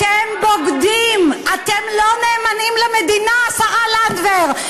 אתם בוגדים, אתם לא נאמנים למדינה השרה לנדבר.